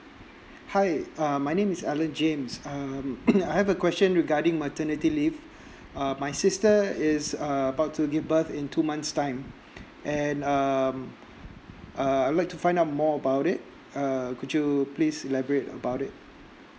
hi uh my name is alan james um I have a question regarding maternity leave uh my sister is err about to give birth in two months time and um uh I like to find out more about it err could you please elaborate about it